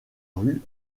rue